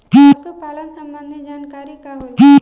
पशु पालन संबंधी जानकारी का होला?